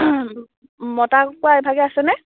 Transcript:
মতা কুকুৰা ইভাগে আছেনে